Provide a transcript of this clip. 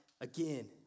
again